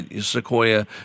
Sequoia